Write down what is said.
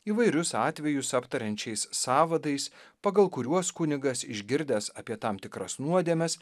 įvairius atvejus aptariančiais sąvadais pagal kuriuos kunigas išgirdęs apie tam tikras nuodėmes